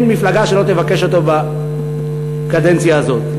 אין מפלגה שלא תבקש אותו בקדנציה הזאת.